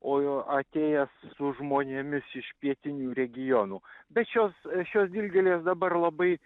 o jo atėjęs su žmonėmis iš pietinių regionų bet šios šios dilgėlės dabar labai